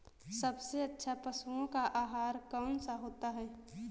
सबसे अच्छा पशुओं का आहार कौन सा होता है?